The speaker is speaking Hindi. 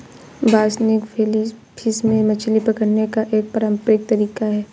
बासनिग फिलीपींस में मछली पकड़ने का एक पारंपरिक तरीका है